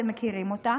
אתם מכירים אותה,